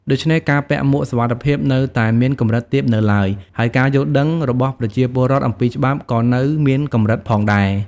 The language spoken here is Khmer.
ដូច្នេះ ការពាក់មួកសុវត្ថិភាពនៅតែមានកម្រិតទាបនៅឡើយ ហើយការយល់ដឹងរបស់ប្រជាពលរដ្ឋអំពីច្បាប់ក៏នៅមានកម្រិតផងដែរ។